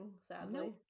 sadly